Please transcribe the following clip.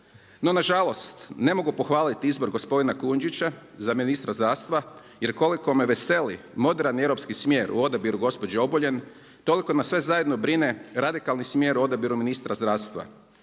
No nažalost, ne mogu pohvaliti izbor gospodina Kujundžića za ministra zdravstva jer koliko me veseli moderan europski smjer u odabiru gospođe Obuljen toliko me sve zajedno brine radikalni smjer u odabiru ministra zdravstva.